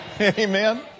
Amen